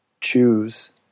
choose